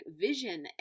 vision